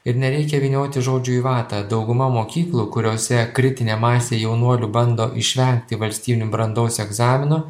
ir nereikia vynioti žodžių į vatą dauguma mokyklų kuriose kritinė masė jaunuolių bando išvengti valstybinių brandos egzaminų